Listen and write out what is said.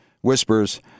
Whispers